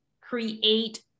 create